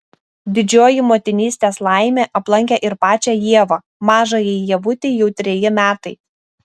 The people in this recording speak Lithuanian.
didžioji motinystės laimė aplankė ir pačią ievą mažajai ievutei jau treji metai